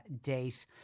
date